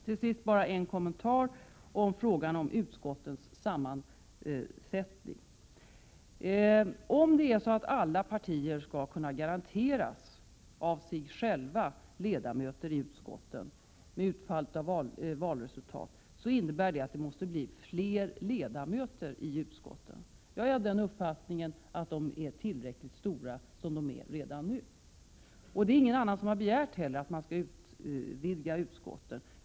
Till sist bara en kommentar om frågan om utskottens sammansättning. Om alla partier av sig själva skall kunna garanteras ledamöter i utskotten i och med utfallet av valen, innebär det att det måste bli fler ledamöter i utskotten. Jag är av den uppfattningen att de är tillräckligt stora som de är redan nu. Det är heller ingen annan som har begärt att man skall utvidga utskotten.